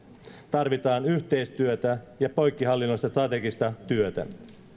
tarvitaan yhteistyötä ja poikkihallinnollista strategista työtä